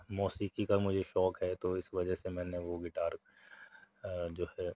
موسیقی کا مجھے شوق ہے تو اِس وجہ سے میں نے وہ گٹار جو ہے